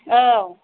औ